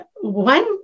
one